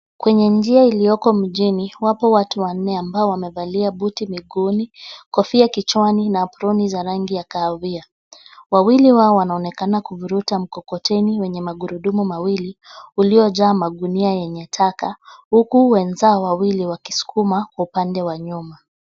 Kwenye njia iliyoko mjini, wapo watu wanne ambao wamevalia buti miguuni, kofia kichwani na aproni za rangi ya kahawia. Wawili wao wanaonekana kuvuruta mkokoteni wenye magurudumu mawili uliojaa magunia yenye taka, huku wenzao wawili wakisukuma upande wa nyuma.